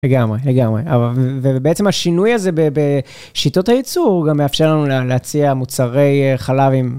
לגמרי, לגמרי, ובעצם השינוי הזה בשיטות הייצור, הוא גם מאפשר לנו להציע מוצרי חלבים.